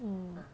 hmm